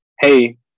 hey